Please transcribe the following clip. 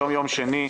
היום יום שני,